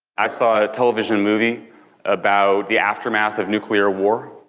i saw a television movie about the aftermath of nuclear war.